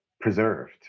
preserved